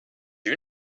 you